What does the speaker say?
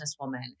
businesswoman